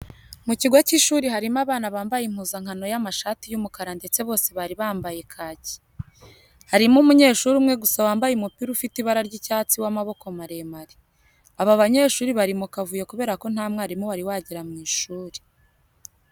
Mu kigo cy'ishuri harimo abana bambaye impuzankano y'amashati y'umukara ndetse bose hasi bambaye kaki. Harimo umunyeshuri umwe gusa wambaye umupira ufite ibara ry'icyasti w'amaboko maremare. Aba banyeshuri bari mu kavuyo kubera ko nta mwarimu wari wagera mu ishuri.